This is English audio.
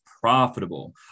profitable